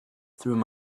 through